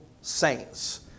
saints